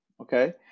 Okay